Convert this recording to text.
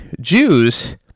Jews